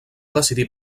decidir